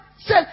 Say